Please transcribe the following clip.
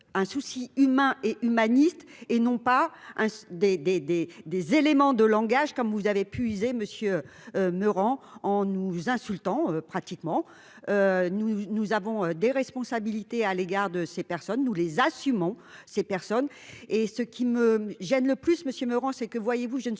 un souci humain et humaniste et non pas un des, des, des, des éléments de langage, comme vous avez pu user monsieur meurt en en nous insultant pratiquement, nous, nous avons des responsabilités à l'égard de ces personnes, nous les assumons ces personnes et ce qui me gêne le plus Monsieur Moran, c'est que, voyez-vous,